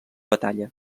batalla